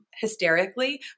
hysterically